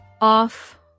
off